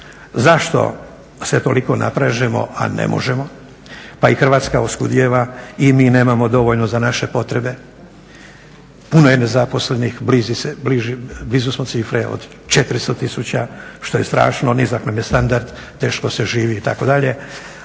zašto se toliko naprežemo a ne možemo, pa i Hrvatska oskudijeva i mi nemamo dovoljno za naše potrebe, puno je nezaposlenih blizu smo cifre od 400 tisuća, što je strašno, nizak nam je standard, teško se živi itd..